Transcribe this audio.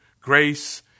grace